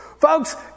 Folks